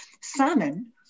salmon